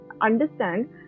understand